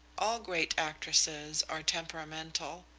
all great actresses are temperamental.